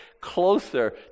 closer